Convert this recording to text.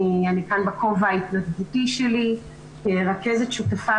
אני כאן בכובע ההתנדבותי שלי כרכזת שותפה